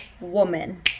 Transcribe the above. woman